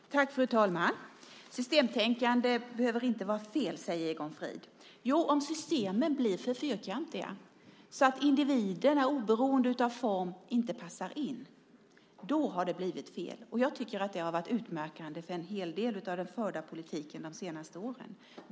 Fru talman! Systemtänkande behöver inte vara fel, säger Egon Frid. Jo, om systemen blir för fyrkantiga så att individerna oberoende av form inte passar in. Då har det blivit fel. Och jag tycker att det har varit utmärkande för en hel del av den förda politiken de senaste åren.